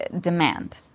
demand